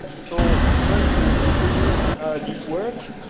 so first to introduce this work,